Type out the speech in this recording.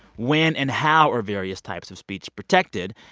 when and how are various types of speech protected?